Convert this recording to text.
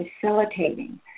facilitating